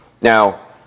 Now